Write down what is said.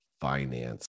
finance